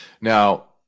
Now